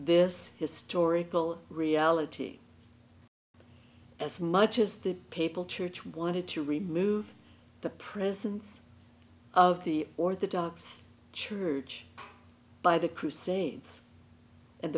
this historical reality as much as the papal church wanted to remove the presence of the orthodox church by the crusades and